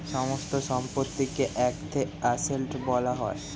সমস্ত সম্পত্তিকে একত্রে অ্যাসেট্ বলা হয়